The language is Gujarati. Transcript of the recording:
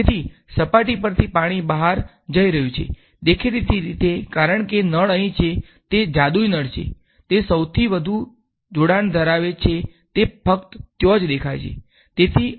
તેથી સપાટી પરથી પાણી બહાર જઈ રહ્યુ છે દેખીતી રીતે કારણ કે નળ અહીં છે તે એક જાદુઈ નળ છે તે સૌથી વધુ જોડાણ ધરાવે છે તે ફક્ત ત્યાં જ દેખાય છે